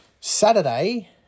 Saturday